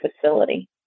facility